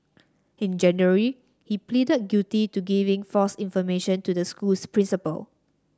in January he pleaded guilty to giving false information to the school's principal